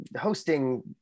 hosting